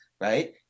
right